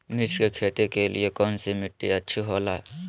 मिर्च की खेती के लिए कौन सी मिट्टी अच्छी होईला?